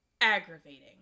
aggravating